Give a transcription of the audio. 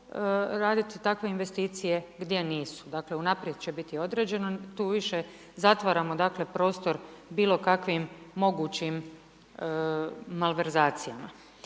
raditi takve investicije, gdje nisu. Dakle unaprijed će biti određeno, tu više zatvaramo dakle prostor bilo kakvim mogućim malverzacijama.